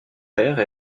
père